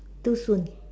too soon